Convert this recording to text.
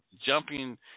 jumping